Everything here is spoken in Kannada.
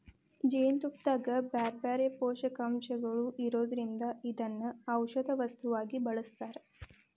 ಜೇನುತುಪ್ಪದಾಗ ಬ್ಯಾರ್ಬ್ಯಾರೇ ಪೋಷಕಾಂಶಗಳು ಇರೋದ್ರಿಂದ ಇದನ್ನ ಔಷದ ವಸ್ತುವಾಗಿ ಬಳಸ್ತಾರ